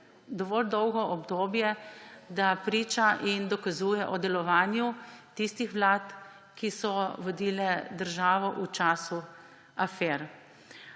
dovolj dolgo obdobje, da priča in dokazuje o delovanju tistih vlad, ki so vodile državo v času afer.